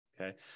Okay